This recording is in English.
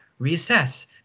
reassess